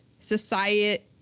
society